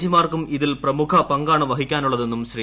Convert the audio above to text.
G മാർക്കും ഇതിൽ പ്രമുഖ പങ്കാണ് വഹിക്കാനുള്ളതെന്നും ശ്രീ